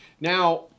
Now